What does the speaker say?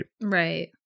Right